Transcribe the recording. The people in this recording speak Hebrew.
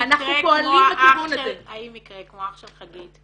אנחנו לכיוון הזה -- האם מקרה כמו אח של חגית,